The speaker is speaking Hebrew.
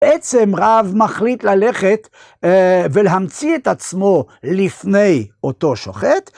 בעצם רב מחליט ללכת ולהמציא את עצמו לפני אותו שוחט.